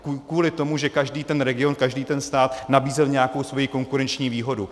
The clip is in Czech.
Kvůli tomu, že každý ten region, každý ten stát nabízel nějakou svoji konkurenční výhodu.